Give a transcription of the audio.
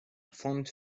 font